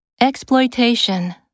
Exploitation